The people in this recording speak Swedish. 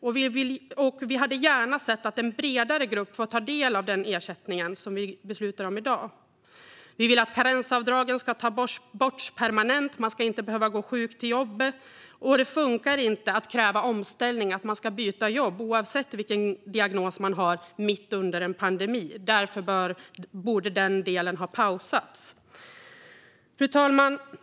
Vi hade gärna sett att en bredare grupp fått ta del av den ersättning som vi beslutar om i dag. Vi vill att karensavdragen ska tas bort permanent. Man ska inte behöva gå sjuk till jobbet. Det funkar inte att kräva omställning och att man ska byta jobb, oavsett vilken diagnos man har, mitt under en pandemi. Därför borde den delen ha pausats. Fru talman!